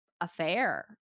affair